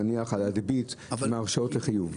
נניח על הדביט עם ההרשאות לחיוב.